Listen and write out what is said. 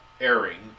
airing